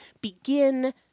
Begin